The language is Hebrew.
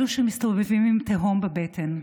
אלו שמסתובבים עם תהום בבטן,